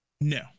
No